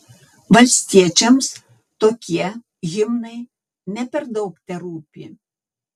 valstiečiams tokie himnai ne per daug terūpi